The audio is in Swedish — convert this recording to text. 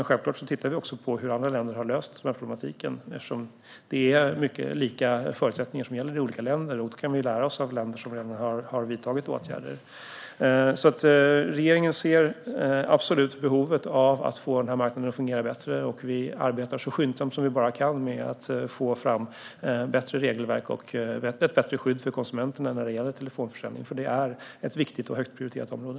Självklart tittar vi på hur andra länder har löst denna problematik eftersom liknande förutsättningar gäller i många länder, och då kan vi lära oss av de länder som redan har vidtagit åtgärder. Regeringen ser absolut behovet av att få denna marknad att fungera bättre. Vi arbetar så skyndsamt vi kan med att få fram bättre regelverk och bättre skydd för konsumenterna när det gäller telefonförsäljning. Det är ett viktigt och högt prioriterat område.